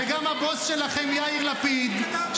וגם הבוס שלכם יאיר לפיד,